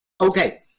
Okay